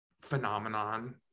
phenomenon